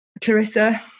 Clarissa